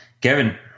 kevin